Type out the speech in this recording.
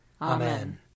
Amen